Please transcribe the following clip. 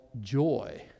joy